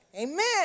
amen